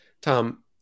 Tom